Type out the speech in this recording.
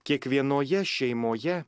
kiekvienoje šeimoje